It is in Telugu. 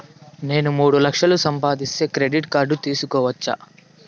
నేను మూడు లక్షలు సంపాదిస్తే క్రెడిట్ కార్డు తీసుకోవచ్చా?